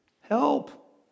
Help